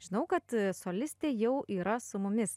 žinau kad solistė jau yra su mumis